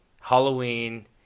Halloween